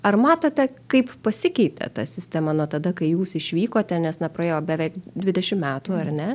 ar matote kaip pasikeitė ta sistema nuo tada kai jūs išvykote nes na praėjo beveik dvidešimt metų ar ne